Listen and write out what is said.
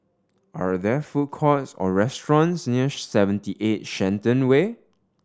are there food courts or restaurants near Seventy Eight Shenton Way